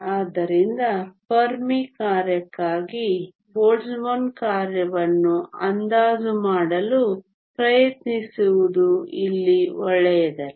ಆದ್ದರಿಂದ ಫೆರ್ಮಿ ಕಾರ್ಯಕ್ಕಾಗಿ ಬೋಲ್ಟ್ಜ್ಮನ್ ಕಾರ್ಯವನ್ನು ಅಂದಾಜು ಮಾಡಲು ಪ್ರಯತ್ನಿಸುವುದು ಇಲ್ಲಿ ಒಳ್ಳೆಯದಲ್ಲ